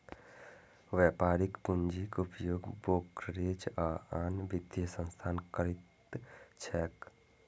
व्यापारिक पूंजीक उपयोग ब्रोकरेज आ आन वित्तीय संस्थान करैत छैक